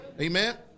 Amen